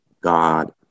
God